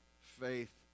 faith